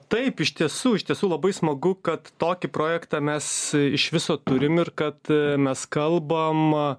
taip iš tiesų iš tiesų labai smagu kad tokį projektą mes iš viso turim ir kad mes kalbam